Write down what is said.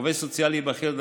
עובד סוציאלי בכיר,